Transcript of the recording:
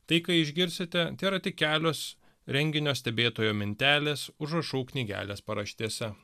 tai ką išgirsite tėra tik kelios renginio stebėtojo mintelės užrašų knygelės paraštėse